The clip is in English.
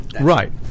Right